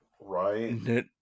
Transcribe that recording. right